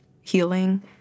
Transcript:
healing